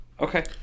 Okay